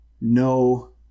no